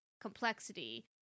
complexity